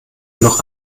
noch